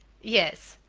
yes,